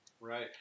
Right